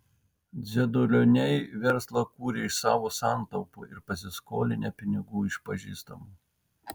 dzedulioniai verslą kūrė iš savo santaupų ir pasiskolinę pinigų iš pažįstamų